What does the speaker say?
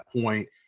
point